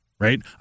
Right